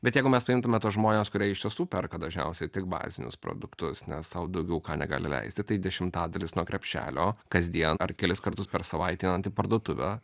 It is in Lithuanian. bet jeigu mes paimtume tuos žmones kurie iš tiesų perka dažniausiai tik bazinius produktus nes sau daugiau ką negali leisti tai dešimtadalis nuo krepšelio kasdien ar kelis kartus per savaitę einant į parduotuvę